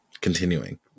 Continuing